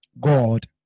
God